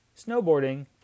snowboarding